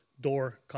door